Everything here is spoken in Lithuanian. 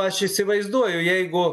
aš įsivaizduoju jeigu